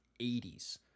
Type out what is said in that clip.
80s